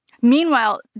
Meanwhile